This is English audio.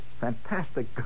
fantastic